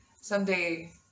Someday